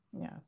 Yes